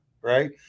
right